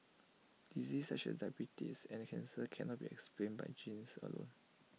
diseases such as diabetes and cancer cannot be explained by genes alone